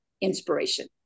inspiration